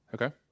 Okay